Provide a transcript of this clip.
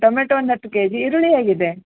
tomato ಒಂದು ಹತ್ತು KG ಈರುಳ್ಳಿ ಹೇಗಿದೆ